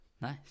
Nice